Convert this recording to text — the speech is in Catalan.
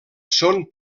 són